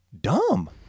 dumb